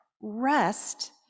rest